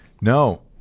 No